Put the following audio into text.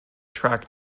track